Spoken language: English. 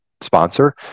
sponsor